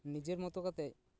ᱱᱤᱡᱮᱨ ᱢᱚᱛᱚ ᱠᱟᱛᱮ